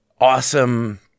awesome